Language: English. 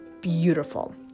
beautiful